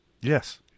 Yes